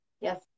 Yes